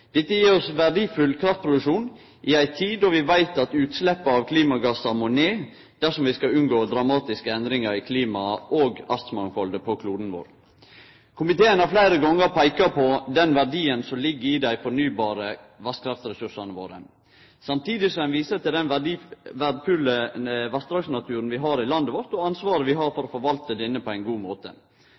Dette gjev oss verdfull kraftproduksjon i ei tid då vi veit at utsleppa av klimagassar må ned dersom vi skal unngå dramatiske endringar i klimaet og artsmangfaldet på kloden vår. Komiteen har fleire gonger peika på den verdien som ligg i dei fornybare vasskraftressursane våre, samstundes som ein viser til den verdfulle vassdragsnaturen vi har i landet vårt, og ansvaret vi har for å forvalte denne på ein god måte.